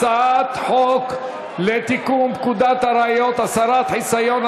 הצעת חוק לתיקון פקודת הראיות (הסרת חיסיון),